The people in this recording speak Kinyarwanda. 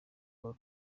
paul